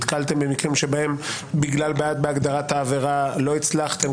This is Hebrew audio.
נתקלתם במקרים שבהם בגלל בעיה בהגדרת העבירה לא הצלחתם,